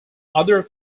other